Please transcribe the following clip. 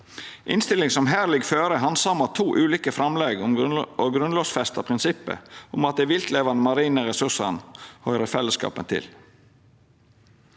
Innstillinga som her ligg føre, handsamar to ulike framlegg om å grunnlovfesta prinsippet om at dei viltlevande marine ressursane høyrer fellesskapen til.